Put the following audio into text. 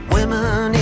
Women